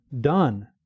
done